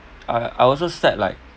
I I also set like